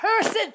person